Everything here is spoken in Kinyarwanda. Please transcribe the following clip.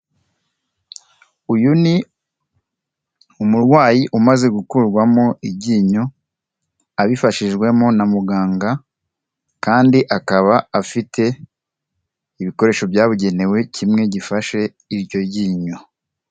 Uyu ni umurwayi umaze gukurwamo iryinyo, abifashijwemo na muganga, kandi akaba afite ibikoresho byabugenewe, kimwe gifashe iryo ryinyo.